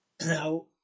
Now